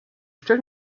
stellt